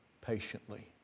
patiently